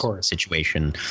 situation